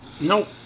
Nope